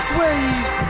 waves